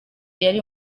yari